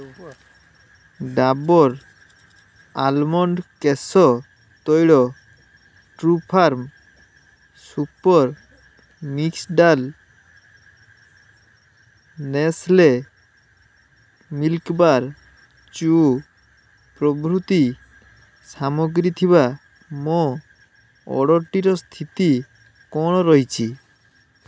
Dabur almond କେଶ ତୈଳ Trufarm super mix dal Nestle Milkybar choo ପ୍ରଭୃତି ସାମଗ୍ରୀ ଥିବା ମୋ ଅର୍ଡ଼ର୍ଟିର ସ୍ଥିତି କ'ଣ ରହିଛି